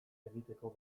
egiteko